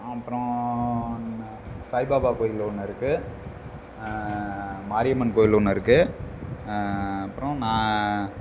அப்புறம் என்ன சாய்பாபா கோவில் ஒன்று இருக்குது மாரியம்மன் கோவில் ஒன்று இருக்குது அப்புறம் னா